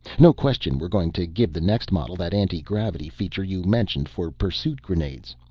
no question we're going to give the next model that antigravity feature you mentioned for pursuit grenades.